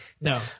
No